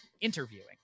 interviewing